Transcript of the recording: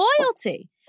loyalty